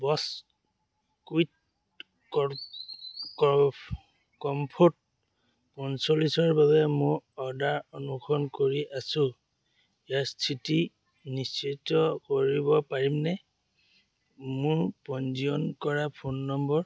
Bose quit কৰ কৰ comfort পঞ্চল্লিছৰ বাবে মোৰ অৰ্ডাৰ অনুসৰণ কৰি আছোঁ ইয়াৰ স্থিতি নিশ্চিত কৰিব পাৰিমনে মোৰ পঞ্জীয়ন কৰা ফোন নম্বৰ